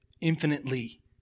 infinitely